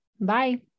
Bye